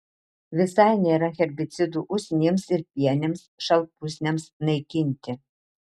visai nėra herbicidų usnims ir pienėms šalpusniams naikinti